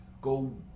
go